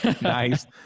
Nice